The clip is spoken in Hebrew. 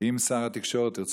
שר התקשורת,